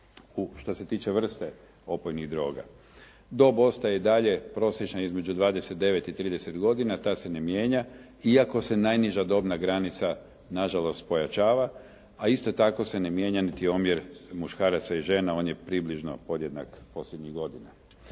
što se tiče vrst opojnih droga. Dob ostaje i dalje prosječna između 29 i 30 godina, ta se ne mijenja, iako se najniža dobna granica na žalost pojačava, a isto tako se ne mijenja niti omjer muškaraca i žena, on je približno podjednak posljednjih godina.